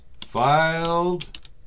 filed